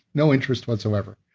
no interest whatsoever.